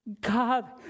God